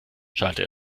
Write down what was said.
schallte